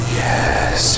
yes